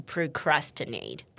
Procrastinate